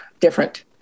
different